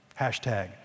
Hashtag